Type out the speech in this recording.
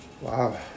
Wow